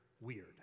weird